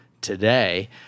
today